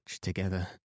together